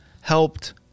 helped